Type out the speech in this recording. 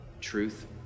truth